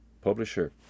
publisher